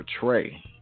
portray